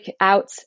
out